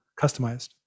customized